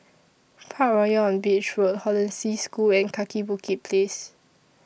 Parkroyal on Beach Road Hollandse School and Kaki Bukit Place